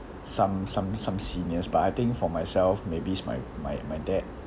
some some some seniors but I think for myself maybe it's my my my dad